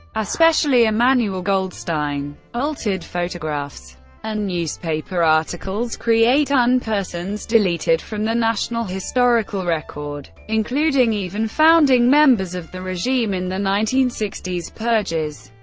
especially emmanuel goldstein. altered photographs and newspaper articles create unpersons deleted from the national historical record, including even founding members of the regime in the nineteen sixty s purges.